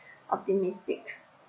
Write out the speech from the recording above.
optimistic